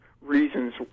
reasons